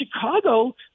Chicago